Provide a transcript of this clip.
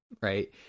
Right